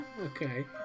Okay